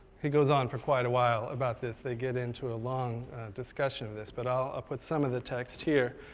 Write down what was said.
he goes on for quite a while about this. they get into a long discussion of this, but i'll ah put some of the text here.